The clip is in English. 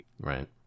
Right